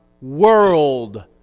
world